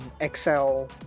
Excel